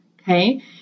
Okay